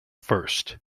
first